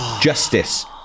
Justice